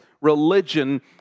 religion